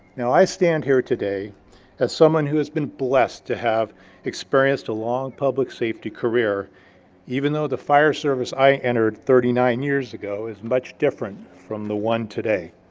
now, i stand here today as someone who's been blessed to have experienced a long public safety career even though the fire service i entered thirty nine years ago is much different from the one today.